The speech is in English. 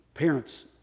Parents